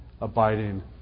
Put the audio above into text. abiding